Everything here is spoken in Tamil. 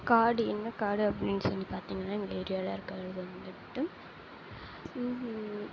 காடு என்ன காடு அப்டின்னு சொல்லி பாத்தீங்கன்னா எங்கள் ஏரியாவில் இருக்கிறது வந்துவிட்டு